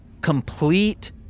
complete